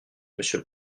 monsieur